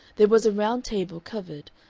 there was a round table covered,